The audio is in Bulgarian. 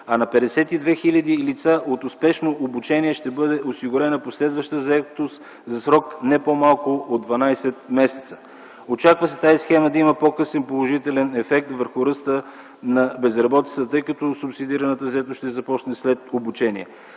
а на 52 хиляди лица от успешно обучение ще бъде осигурена последваща заетост за срок не по-малко от 12 месеца. Очаква се тази схема да има по-късен положителен ефект върху ръста на безработицата, тъй като субсидираната заетост ще започне след обучение.